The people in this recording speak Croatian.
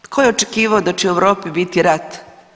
Tko je očekivao da će u Europi biti rat?